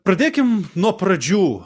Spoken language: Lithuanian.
pradėkim nuo pradžių